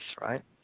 right